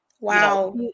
Wow